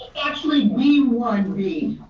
actually, b one b.